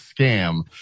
scam